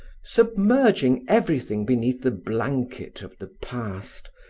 submerging everything beneath the blanket of the past,